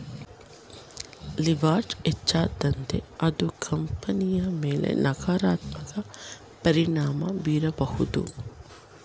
leverage ಹೆಚ್ಚಾದಂತೆ ಅದು ಕಂಪನಿಯ ಮೇಲೆ ನಕಾರಾತ್ಮಕ ಪರಿಣಾಮ ಬೀರಬಹುದು